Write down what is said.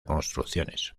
construcciones